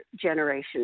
generation